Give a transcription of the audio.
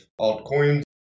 altcoins